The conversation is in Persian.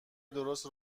درست